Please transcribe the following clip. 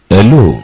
Hello